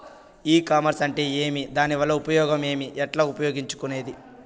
ఈ కామర్స్ అంటే ఏమి దానివల్ల ఉపయోగం ఏమి, ఎట్లా ఉపయోగించుకునేది?